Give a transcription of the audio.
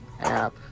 app